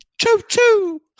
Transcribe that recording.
Choo-choo